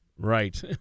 Right